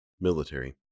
Military